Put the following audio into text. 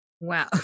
wow